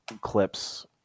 clips